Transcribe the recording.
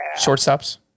shortstops